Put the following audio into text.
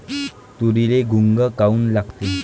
तुरीले घुंग काऊन लागते?